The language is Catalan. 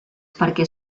perquè